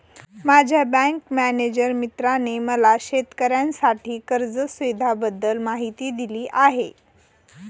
माझ्या bank manager मित्राने मला शेतकऱ्यांसाठी कर्ज सुविधांबद्दल माहिती दिली